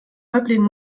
häuptling